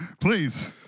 Please